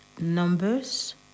numbers